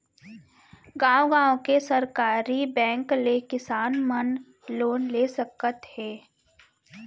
गॉंव गॉंव के सहकारी बेंक ले किसान मन लोन ले सकत हे